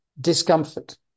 discomfort